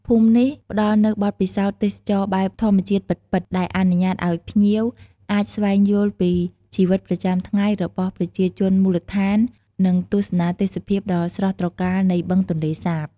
ភូមិនេះផ្តល់នូវបទពិសោធន៍ទេសចរណ៍បែបធម្មជាតិពិតៗ ដែលអនុញ្ញាតឱ្យភ្ញៀវអាចស្វែងយល់ពីជីវិតប្រចាំថ្ងៃរបស់ប្រជាជនមូលដ្ឋាន និងទស្សនាទេសភាពដ៏ស្រស់ត្រកាលនៃបឹងទន្លេសាប។